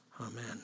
Amen